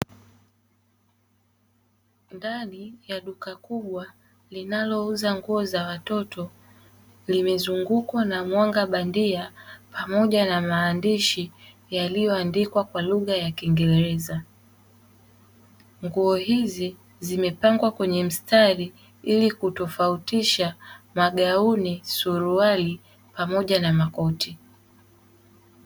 Ndani ya duka kubwa linalouza nguo za watoto limezungukwa na mwanga bandia pamoja na maandishi yaliyoandikwa kwa lugha ya kiingereza. Nguo hizi zimepangwa kwenye mstari ili kutofautisha magauni, suruali pamoja na makoti.